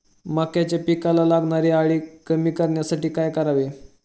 मक्याच्या पिकाला लागणारी अळी कमी करण्यासाठी काय करावे?